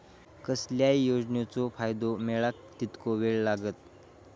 कसल्याय योजनेचो फायदो मेळाक कितको वेळ लागत?